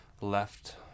left